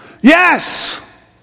Yes